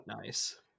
nice